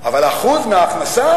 אבל האחוז מההכנסה,